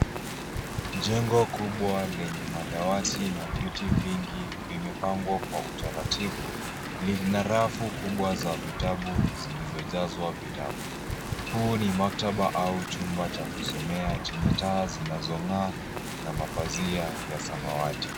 Jengo kubwa lenye madawati na viti vingi vimepangwa kwa utaratibu, lina rafu kubwa za vitabu zilizojazwa vitabu. Huu ni maktaba au chumba cha kusomea chenye taa zinazong'aa na mapazia ya samawati.